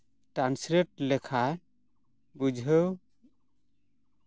translate ᱞᱮᱠᱷᱟᱡ ᱵᱩᱡᱷᱟᱹᱣ